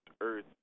earth